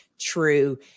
true